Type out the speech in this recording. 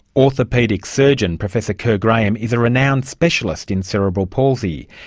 orthopaedic surgeon, professor kerr graham is a renowned specialist in cerebral palsy.